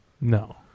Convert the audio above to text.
no